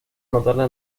notables